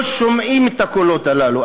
לא שומעים את הקולות הללו.